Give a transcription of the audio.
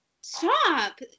stop